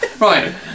Right